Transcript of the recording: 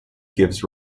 gives